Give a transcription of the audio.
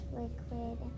liquid